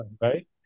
right